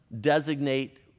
designate